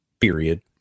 period